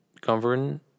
govern